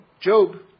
Job